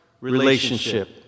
relationship